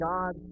God